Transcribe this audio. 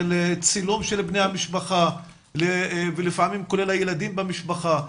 של צילום של בני המשפחה ולפעמים כולל הילדים במשפחה.